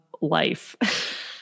life